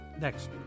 next